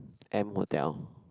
M-Hotel